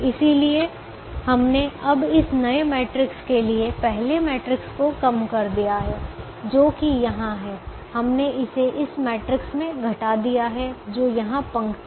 इसलिए हमने अब इस नए मैट्रिक्स के लिए पहले मैट्रिक्स को कम कर दिया है जो कि यहाँ है हमने इसे इस मैट्रिक्स में घटा दिया है जो यहाँ पंक्ति है